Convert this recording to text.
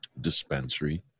dispensary